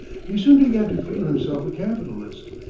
he soon began to feel himself a capitalist,